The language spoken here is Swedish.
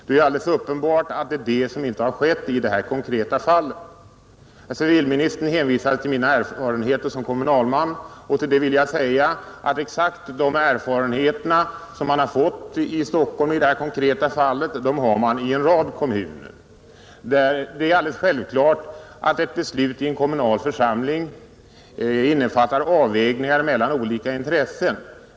Det är uppenbart att detta inte har skett i det här konkreta fallet. Civilministern hänvisar till mina erfarenheter som kommunalman. Till det vill jag säga att exakt samma erfarenheter som man har fått i Stockholm i det här konkreta fallet har människorna i en rad kommuner. Det är självklart att ett beslut i en kommunal församling innefattar avvägningar mellan olika intressen.